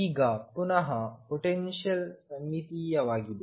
ಈಗ ಪುನಹ ಪೊಟೆನ್ಶಿಯಲ್ ಸಮ್ಮಿತೀಯವಾಗಿದೆ